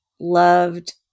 loved